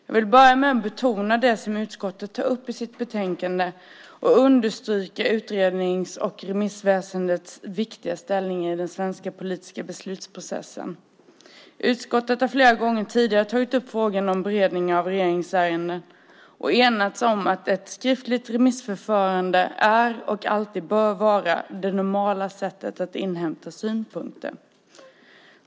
Jag vill börja med att betona det som utskottet tar upp i sitt betänkande och understryka utrednings och remissväsendets viktiga ställning i den svenska politiska beslutsprocessen. Utskottet har flera gånger tidigare tagit upp frågan om beredning av regeringsärenden och enats om att ett skriftligt remissförfarande är och alltid bör vara det normala sättet att inhämta synpunkter.